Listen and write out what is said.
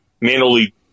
manually